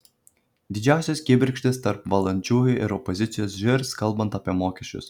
didžiausios kibirkštys tarp valdančiųjų ir opozicijos žirs kalbant apie mokesčius